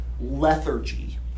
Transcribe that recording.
lethargy